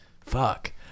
Fuck